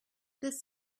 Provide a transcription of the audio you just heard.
this